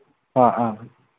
ꯑ ꯑ